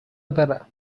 برم